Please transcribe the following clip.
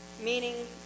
meaning